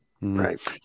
Right